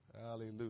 Hallelujah